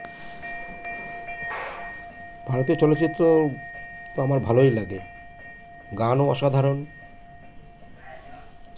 ভারতীয় চলচ্চিত্র তো আমার ভালোই লাগে গানও অসাধারণ